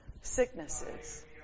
sicknesses